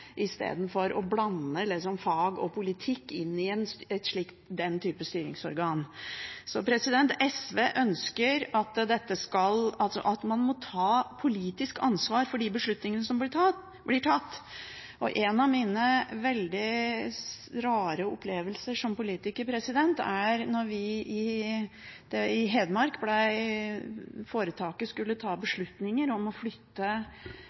istedenfor å blande fag og politikk inn i den type styringsorgan. SV ønsker at man må ta politisk ansvar for de beslutningene som blir tatt. En av mine veldig rare opplevelser som politiker var da foretaket i Hedmark skulle ta beslutning om å flytte